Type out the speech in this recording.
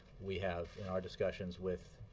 we have, in our discussions with